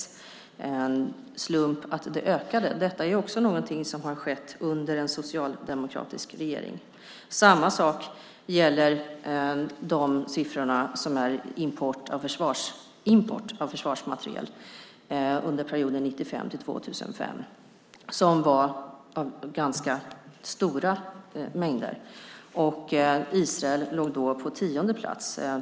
Var det en slump att den ökade? Detta är också någonting som har skett under en socialdemokratisk regering. Samma sak gäller siffrorna när det gäller import av försvarsmateriel under perioden 1995-2005. Det var ganska stora mängder som importerades. Israel låg då på tionde plats.